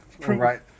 right